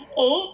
Eight